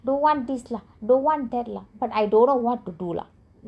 don't want this lah don't want that lah but I don't know what to do lah